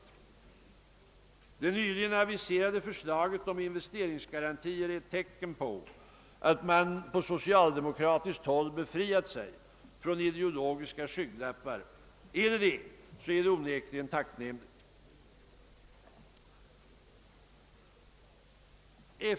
Om det nyligen aviserade förslaget till investeringsgarantier är ett tecken på att man på socialdemokratiskt håll befriat sig från ideologiska skygglappar, är det onekligen tacknämligt.